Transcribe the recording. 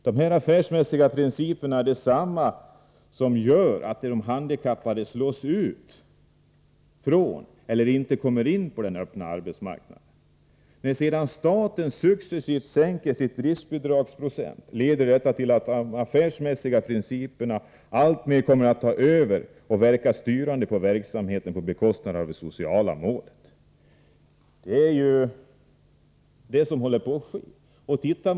Dessa affärsmässiga principer är desamma som gör att handikappade slås ut från eller inte kommer in på den öppna arbetsmarknaden. När sedan staten successivt sänker driftbidragsprocenten leder detta till att de affärsmässiga principerna alltmer kommer att ta över och verkar styrande på verksamheten på bekostnad av det sociala målet. Det är detta som håller på att ske.